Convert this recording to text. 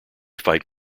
fight